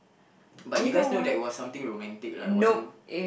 but you guys know that was something romantic lah it wasn't